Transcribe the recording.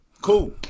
Cool